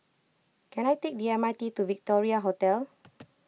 can I take the M R T to Victoria Hotel